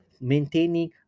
maintaining